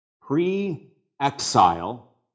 Pre-exile